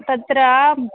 तत्र